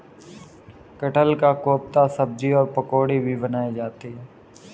कटहल का कोफ्ता सब्जी और पकौड़ी भी बनाई जाती है